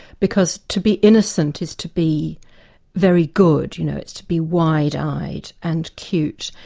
because to be innocent is to be very good, you know, it's to be wide-eyed and cute,